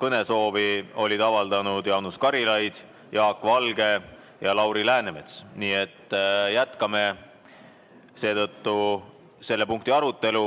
Kõnesoovi olid avaldanud Jaanus Karilaid, Jaak Valge ja Lauri Läänemets. Nii et jätkame seetõttu selle punkti arutelu.